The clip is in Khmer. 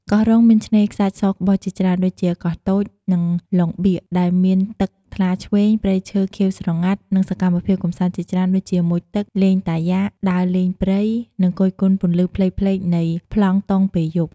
កោះរុងមានឆ្នេរខ្សាច់សក្បុសជាច្រើន ដូចជា កោះតូច និងឡុងបៀក ដែលមានទឹកថ្លាឈ្វេង ព្រៃឈើខៀវស្រងាត់ និងសកម្មភាពកម្សាន្តជាច្រើនដូចជា មុជទឹក លេងកាយ៉ាក ដើរលេងព្រៃ និងគយគន់ពន្លឺផ្លេកៗនៃប្លង់តុងពេលយប់។